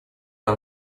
нам